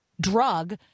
drug